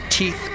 Teeth